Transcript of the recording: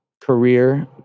career